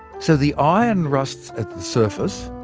so the iron rusts at the surface,